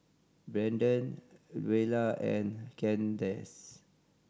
Brandan Luella and Kandace